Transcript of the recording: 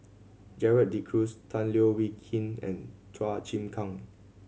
Gerald De Cruz Tan Leo Wee Hin and Chua Chim Kang